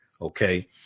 okay